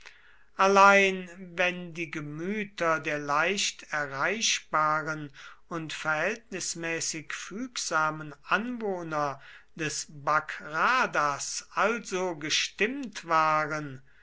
allein wenn die gemüter der leicht erreichbaren und verhältnismäßig fügsamen anwohner des bagradas also gestimmt waren